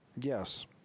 Yes